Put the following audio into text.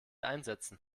einsetzen